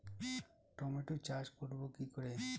Tomato চাষ করব কি করে?